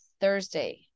Thursday